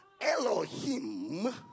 Elohim